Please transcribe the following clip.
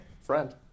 Friend